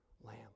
lamb